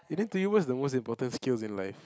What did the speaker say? eh then to you what's the most important skills in life